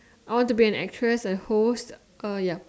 I wanted to be an actress a host uh ya